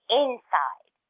inside